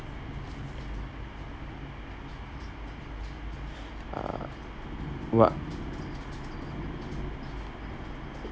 uh what